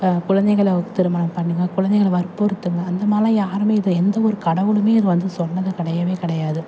குழந்தைகள திருமணம் பண்ணுங்கள் குழந்தைகள வற்புறுத்துங்க அந்த மாதிரில்லாம் யாருமே இது எந்த ஒரு கடவுளுமே இது வந்து சொன்னது கிடையவே கிடையாது